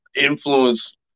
influence